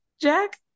Jack